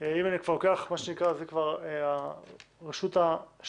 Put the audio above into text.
אם אני כבר לוקח, זו כבר הרשות השלישית,